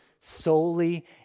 solely